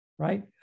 Right